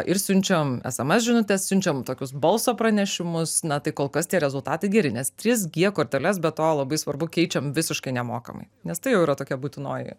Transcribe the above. ir siunčiam sms žinutes siunčiam tokius balso pranešimus na tai kol kas tie rezultatai geri nes trys gie korteles be to labai svarbu keičiam visiškai nemokamai nes tai jau yra tokia būtinoji